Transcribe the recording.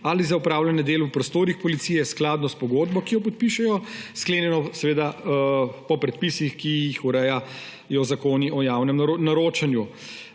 ali za opravljanje del v prostorih policije skladno s pogodbo, ki jo podpišejo, sklenjeno po predpisih, ki jih urejajo zakoni o javnem naročanju.